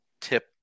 tip